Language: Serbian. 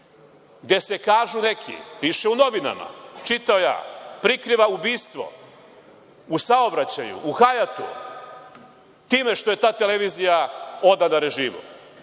gde se, kažu neki, piše u novinama, čitao ja, prikriva ubistvo u saobraćaju, u Hajatu, time što je ta televizija odana režimu.